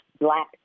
black